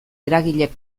eragilek